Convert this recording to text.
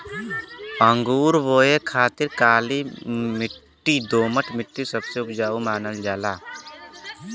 अंगूर बोए खातिर काली दोमट मट्टी सबसे उपजाऊ मानल जाला